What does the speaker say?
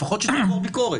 לפחות שתעבור ביקורת.